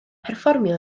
perfformio